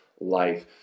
life